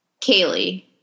Kaylee